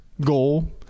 goal